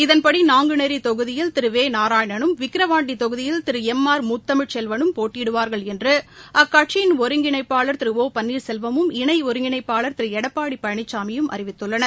இதன்படி நாங்குநேரி தொகுதியில் திரு வே நாராயணனும் விக்ரவாண்டி தொகுதியில் திரு எம் ஆர் முத்தமிழ்செல்வனும் போட்டியிடுவார்கள் என்று அக்கட்சியின் ஒருங்கிணைப்பாளர் திரு ஒ பள்ளீர்செல்வமும் இணை ஒருங்கிணைப்பாளர் திரு எடப்பாடி பழனிசாமியும் அறிவித்துள்ளனர்